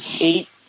eight